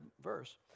verse